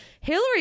Hillary